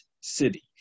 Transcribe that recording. city